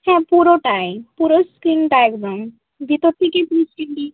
হ্যাঁ পুরোটাই পুরো স্ক্রিনটা একদম ভিতর থেকে